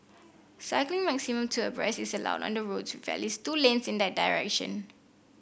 cycling maximum two abreast is allowed on the roads with at least two lanes in that direction